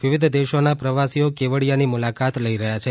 વિવિધ દેશોના પ્રવાસીઓ કેવડીયાની મુલાકાત લઇ રહ્યાં છે